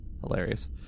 hilarious